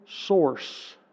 source